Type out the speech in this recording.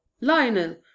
Lionel